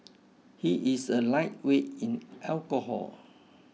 he is a lightweight in alcohol